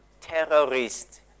terrorist